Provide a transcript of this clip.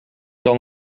dan